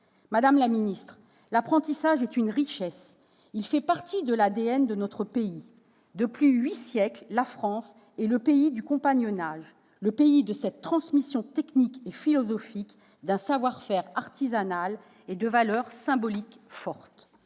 Madame la ministre, l'apprentissage est une richesse ; il fait partie de l'ADN de notre pays. Depuis huit siècles, la France est le pays du compagnonnage, le pays de cette transmission technique et philosophique d'un savoir-faire artisanal et de valeurs symboliques fortes.